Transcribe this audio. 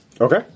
Okay